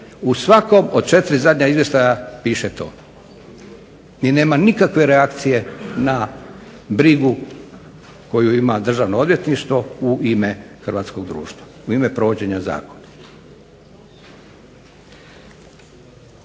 u četiri zadnja izvještaja piše to i nema nikakve reakcije na brigu koju ima Državno odvjetništvo u ime provođenja zakona.